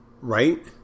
right